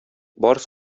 барс